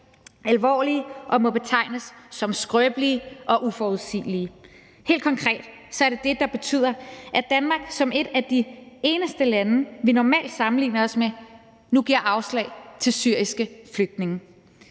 alvorlige og må betegnes som skrøbelige og uforudsigelige. Helt konkret er det det, der betyder, at Danmark som et af de eneste lande af dem, vi normalt sammenligner os med, nu giver afslag til syriske flygtninge.